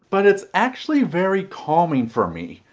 but it's actually very calming for me.